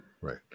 right